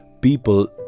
people